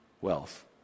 wealth